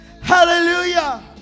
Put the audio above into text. Hallelujah